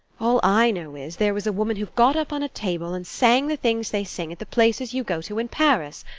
all i know is, there was a woman who got up on a table and sang the things they sing at the places you go to in paris.